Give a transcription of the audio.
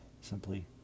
simply